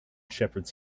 shepherds